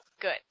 Good